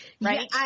Right